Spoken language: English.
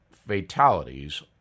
fatalities